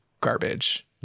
garbage